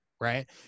right